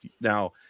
Now